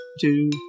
two